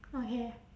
okay